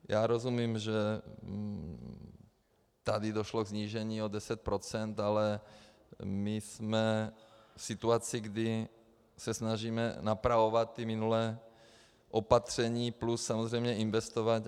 Já rozumím, že tady došlo ke snížení o 10 %, ale my jsme v situaci, kdy se snažíme napravovat minulá opatření plus samozřejmě investovat.